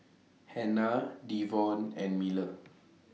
Hanna Devon and Miller